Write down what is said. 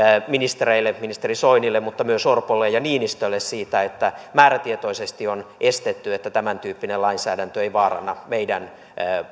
ministereille ministeri soinille mutta myös orpolle ja niinistölle siitä että määrätietoisesti on estetty että tämäntyyppinen lainsäädäntö ei vaaranna meidän